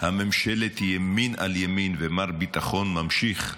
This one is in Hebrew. ממשלת ימין על ימין ומר ביטחון ממשיך להסס,